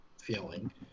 feeling